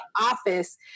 office